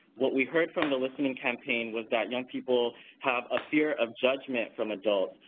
what we heard from the listening campaign was that young people have a fear of judgment from adults,